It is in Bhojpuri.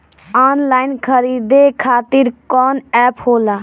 आनलाइन खरीदे खातीर कौन एप होला?